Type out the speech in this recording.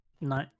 No